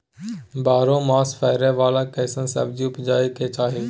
बारहो मास फरै बाला कैसन सब्जी उपजैब के चाही?